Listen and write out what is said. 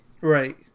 Right